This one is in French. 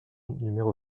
numéro